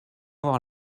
avoir